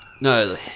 No